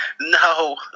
No